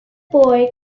boy